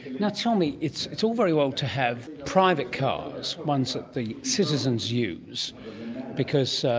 you know tell me, it's it's all very well to have private cars, ones that the citizens use because.